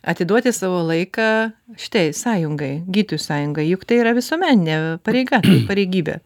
atiduoti savo laiką šitai sąjungai gydytojų sąjunga juk tai yra visuomeninė pareiga pareigybė